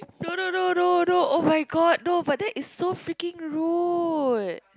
no no no no no oh-my-god no but that is so freaking rude